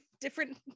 different